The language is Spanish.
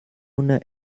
una